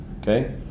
Okay